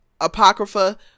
Apocrypha